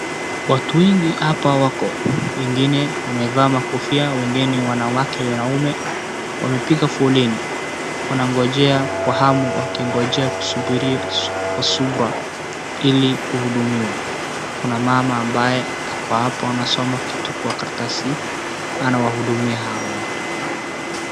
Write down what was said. Watu wengi hapa wako wengine wamevaa makofia wengine ni wanawake wanaume wamepiga foleni wanangojea kwa hamu wakingojea kwa subira wakingojea kuhudumiwa. Kuna mama ambaye ako hapo anasoma kitu kwa karatasi anawahudumia hawa watu.